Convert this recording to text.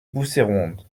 bousséronde